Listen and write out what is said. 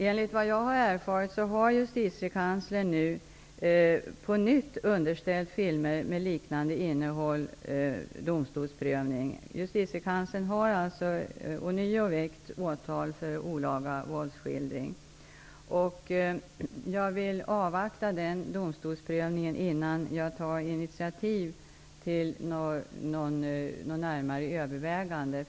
Enligt vad jag har erfarit har justitiekanslern på nytt underställt filmer med liknande innehåll domstolsprövning. Justitiekanslern har alltså ånyo väckt åtal för olaga våldsskildring. Jag vill avvakta den domstolsprövningen innan jag tar initiativ till några närmare överväganden.